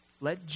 Let